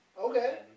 Okay